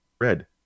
Red